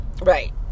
Right